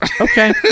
Okay